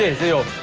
and feel